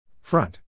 Front